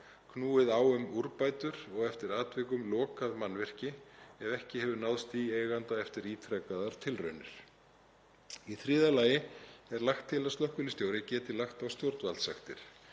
knúið á um úrbætur og eftir atvikum lokað mannvirki ef ekki hefur náðst í eiganda eftir ítrekaðar tilraunir. Í þriðja lagi er lagt til að slökkviliðsstjóri geti lagt á stjórnvaldssektir.